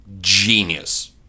genius